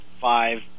five